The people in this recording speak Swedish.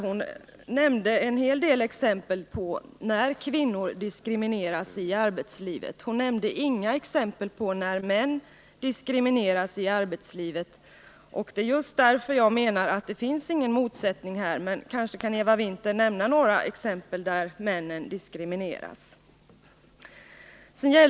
Hon nämnde en hel del exempel på diskriminering av kvinnor i arbetslivet. Men hon nämnde inget exempel på diskriminering av män i arbetslivet, och det är just därför som jag menar att det inte finns någon motsättning här. Men kanske kan Eva Winther nämna några exempel på diskriminering av män.